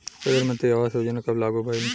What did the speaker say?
प्रधानमंत्री आवास योजना कब लागू भइल?